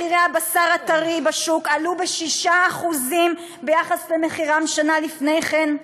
מחירי הבשר הטרי בשוק עלו ב-6% ביחס למחירם שנה לפני כן.